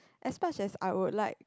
as much as I would like